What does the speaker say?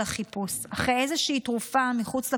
החיפוש אחרי איזושהי תרופה מחוץ לקופסה,